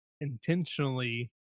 intentionally